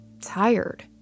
tired